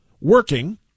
working